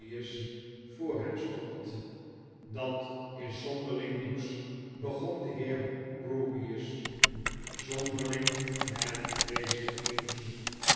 voor hem stond dat is zonderling nieuws begon de heer g rewgious zonderling en vreeselgk nieuws